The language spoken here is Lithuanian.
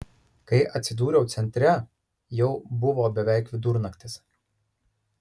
kai atsidūriau centre jau buvo beveik vidurnaktis